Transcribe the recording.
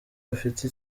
bafite